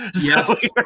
Yes